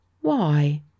Why